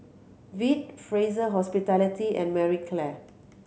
Veet Fraser Hospitality and Marie Claire